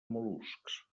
mol·luscs